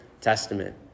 Testament